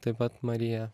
taip pat marija